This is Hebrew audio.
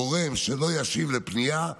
גורם שלא ישיב לפנייה,